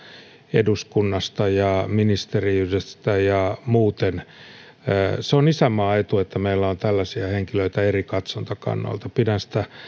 eduskunnasta ja ministeriydestä ja muuten se on isänmaan etu että meillä on tällaisia henkilöitä eri katsantokannoilta pidän sitä